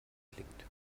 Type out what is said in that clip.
klingt